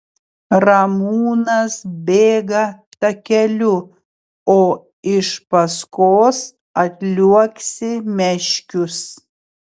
ramūnas bėga takeliu o iš paskos atliuoksi meškius